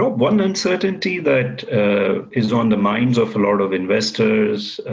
one uncertainty that is on the minds of a lot of investors,